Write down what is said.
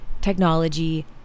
technology